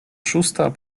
szósta